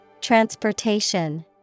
Transportation